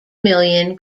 million